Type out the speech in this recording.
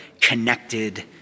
connected